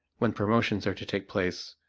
when promotions are to take place,